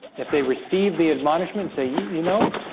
if they receive the admonishment say, you you know,